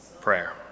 Prayer